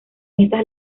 estas